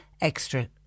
extra